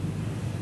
את הנושא